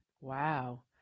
Wow